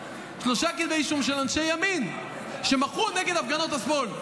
שלושה כתבי אישום של אנשי ימין שמחו נגד הפגנת השמאל.